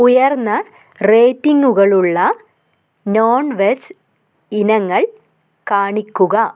ഉയർന്ന റേറ്റിംങ്ങുകളുള്ള non veg ഇനങ്ങൾ കാണിക്കുക